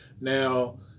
Now